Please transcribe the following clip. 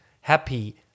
happy